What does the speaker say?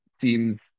seems